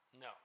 No